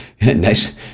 nice